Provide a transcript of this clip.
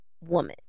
woman